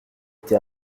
été